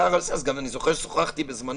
לטייב זה גם להכניס גורמים אחרים אולי בתוך העניין,